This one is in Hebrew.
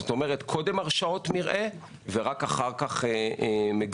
זאת אומרת, קודם הרשאות מרעה ורק אחר כך מגורים.